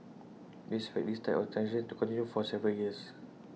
we expect these types of transactions to continue for several years